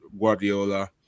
Guardiola